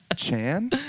Chan